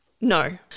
no